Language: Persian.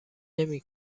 نمی